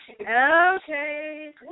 Okay